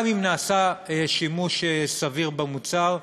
גם אם נעשה שימוש סביר במוצר.